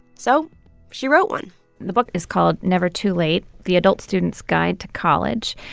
so she wrote one the book is called never too late the adult student's guide to college.